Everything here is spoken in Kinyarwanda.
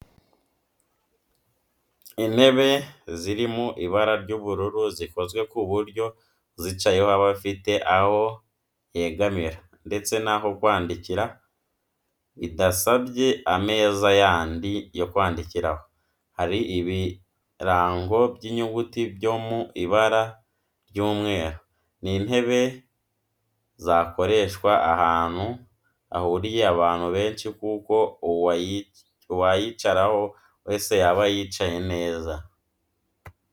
Intebe ziri mu ibara ry'ubururu zikozwe ku buryo uyicayeho aba afite aho yegamira ndetse n'aho kwandikira bidasabye ameza yandi yo kwandikiraho, hariho ibirango by'inyuguti byo mu ibara ry'umweru. Ni intebe zakoreshwa ahantu hahuriye abantu benshi kuko uwayicaraho wese yaba yicaye neza.